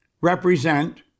represent